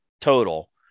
total